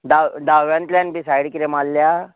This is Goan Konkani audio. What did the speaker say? ड दाव्यातल्यान बी साय्ड कितें मारल्या